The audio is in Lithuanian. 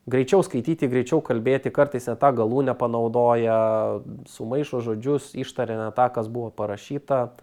greičiau skaityti greičiau kalbėti kartais ne tą galūnę panaudoja sumaišo žodžius ištaria ne tą kas buvo parašyta